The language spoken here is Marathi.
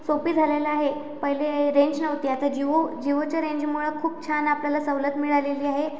सोपी झालेलं आहे पहिले रेंज नव्हती आता जिओ जिओच्या रेंजमुळं खूप छान आपल्याला सवलत मिळालेली आहे